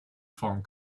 foreign